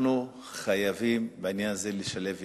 אנחנו חייבים בעניין הזה לשלב ידיים,